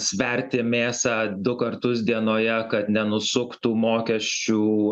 sverti mėsą du kartus dienoje kad nenusuktų mokesčių